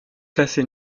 classée